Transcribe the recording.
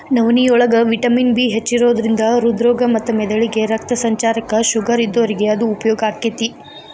ನವನಿಯೋಳಗ vitamin B ಹೆಚ್ಚಿರೋದ್ರಿಂದ ಹೃದ್ರೋಗ ಮತ್ತ ಮೆದಳಿಗೆ ರಕ್ತ ಸಂಚಾರಕ್ಕ, ಶುಗರ್ ಇದ್ದೋರಿಗೆ ಇದು ಉಪಯೋಗ ಆಕ್ಕೆತಿ